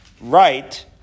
right